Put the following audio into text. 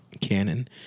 canon